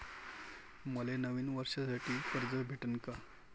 मले नवीन वर्षासाठी कर्ज भेटन का?